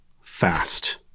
fast